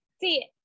see